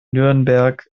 nürnberg